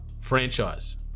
franchise